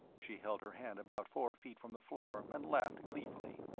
she held her hand about four feet from the floor and laughed gleefully.